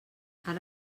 ara